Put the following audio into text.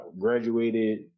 graduated